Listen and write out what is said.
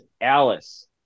Alice